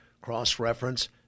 cross-reference